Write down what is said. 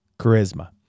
charisma